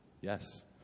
yes